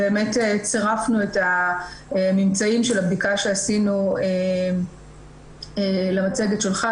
צירפנו את הממצאים של הבדיקה שעשינו למצגת שלך,